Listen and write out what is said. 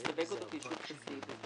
יסווג אותו כישות פסיבית,